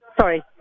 Sorry